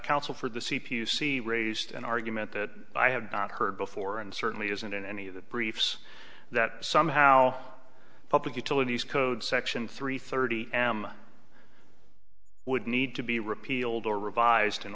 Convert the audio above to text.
counsel for the c p c raised an argument that i had not heard before and certainly isn't in any of the briefs that somehow public utilities code section three thirty am would need to be repealed or revised in